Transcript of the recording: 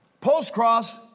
Post-cross